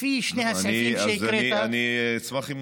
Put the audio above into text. לפי שני הסעיפים שהקראת,